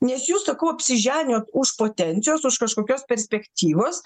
nes jūs sakau apsiženijot už potencijos už kažkokios perspektyvos